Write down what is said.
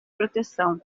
proteção